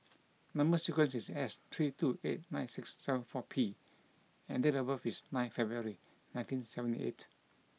number sequence is S three two eight nine six seven four P and date of birth is nine February nineteen seventy eight